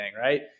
right